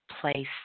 place